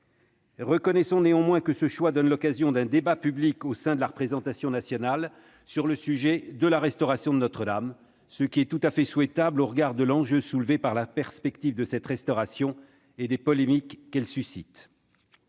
Reconnaissons néanmoins que ce choix donne l'occasion d'un débat public au sein de la représentation nationale sur le sujet de la restauration de Notre-Dame, ce qui est tout à fait souhaitable au regard de l'enjeu soulevé par la perspective de cette restauration et les polémiques qu'elle suscite.